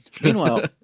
Meanwhile